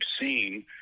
seen